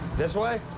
this way?